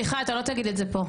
סליחה, אתה לא תגיד את זה פה.